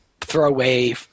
throwaway